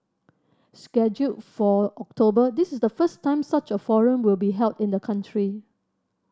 scheduled for October this is the first time such a forum will be held in the country